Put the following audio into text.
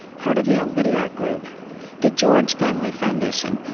part of the omidyar group the george family foundation,